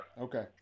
okay